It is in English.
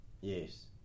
Yes